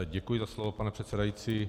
Děkuji za slovo, pane předsedající.